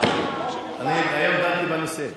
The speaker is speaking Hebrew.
אני היום דנתי בנושא.